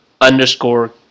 underscore